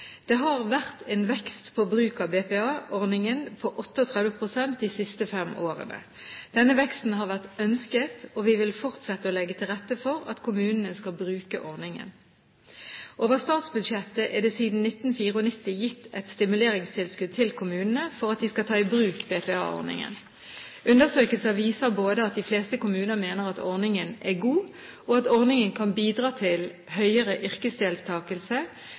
Det har vært en vekst i bruk av BPA-ordningen på 38 pst. de siste fem årene. Denne veksten har vært ønsket, og vi vil fortsette å legge til rette for at kommunene skal bruke ordningen. Over statsbudsjettet er det siden 1994 gitt et stimuleringstilskudd til kommunene for at de skal ta i bruk BPA-ordningen. Undersøkelser viser både at de fleste kommuner mener at ordningen er god, og at ordningen kan bidra til høyere yrkesdeltakelse,